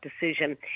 decision